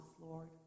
Lord